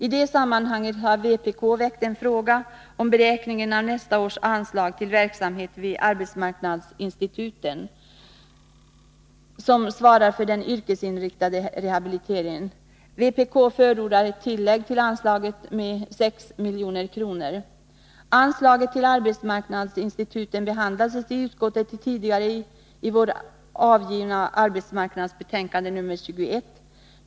I det sammanhanget har vpk krävt en uppräkning av nästa års anslag till verksamheten vid arbetsmarknadsinstituten, som svarar för den yrkesinriktade rehabiliteringen. Vpk förordar ett tillägg till anslaget med 6 miljoner. Anslaget till arbetsmarknadsinstituten behandlades tidigare i vår i arbetsmarknadsutskottets betänkande 21.